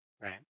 right